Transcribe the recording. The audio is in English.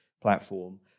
platform